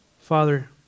Father